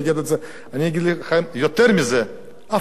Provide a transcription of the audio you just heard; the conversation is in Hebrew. אני אגיד לכם יותר מזה: אף פעם לא השתתפתי שם.